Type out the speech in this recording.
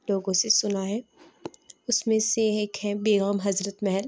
لوگوں سے سُنا ہے اُس میں سے ایک ہے بیگم حضرت محل